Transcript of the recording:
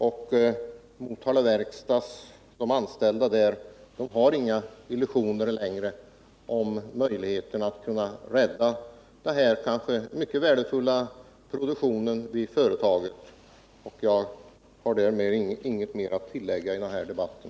De anställda vid AB Motala Verkstad har inte längre några illusioner om möjligheterna att rädda den här kanske mycket värdefulla produktionen. Därför har jag inget mer att säga i den här debatten.